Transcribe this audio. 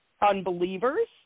unbelievers